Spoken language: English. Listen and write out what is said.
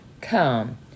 Come